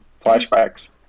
flashbacks